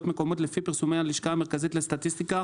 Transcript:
מקומיות לפי פרסומי הלשכה המרכזית לסטטיסטיקה,